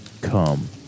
come